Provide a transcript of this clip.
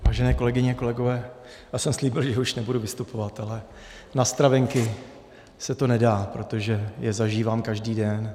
Vážené kolegyně a kolegové, slíbil jsem, že už nebudu vystupovat, ale na stravenky se to nedá, protože je zažívám každý den.